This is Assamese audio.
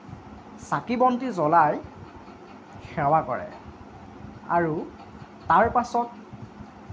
চাকি বন্তি জ্ৱলাই সেৱা কৰে আৰু তাৰপাছত